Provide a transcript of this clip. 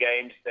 games